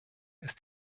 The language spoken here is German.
ist